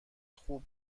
خوب